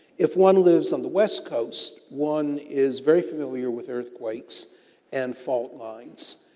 if one lives on the west coast, one is very familiar with earthquakes and fault lines.